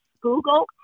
Google